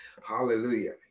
Hallelujah